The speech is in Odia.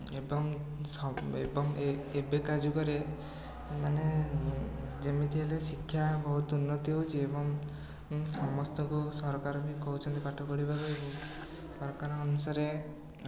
ଏବଂ ସ ଏବଂ ଏବେକା ଯୁଗରେ ମାନେ ଯେମିତି ହେଲେ ଶିକ୍ଷା ବହୁତ ଉନ୍ନତି ହେଉଛି ଏବଂ ସମସ୍ତଙ୍କୁ ସରକାର ବି କହୁଛନ୍ତି ପାଠ ପଢ଼ିବାକୁ ସରକାର ଅନୁସାରେ